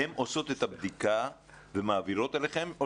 הן עושות את הבדיקה ומעבירות אליכם או